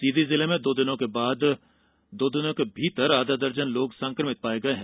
सीधी जिले में दो दिनों के भीतर आधा दर्जन लोग संक्रमित पाये गये हैं